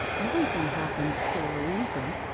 everything happens for a reason.